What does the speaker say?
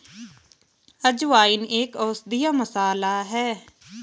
अजवाइन एक औषधीय मसाला है